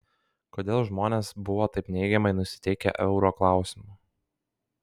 kodėl žmonės buvo taip neigiamai nusiteikę euro klausimu